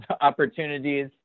opportunities